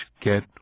get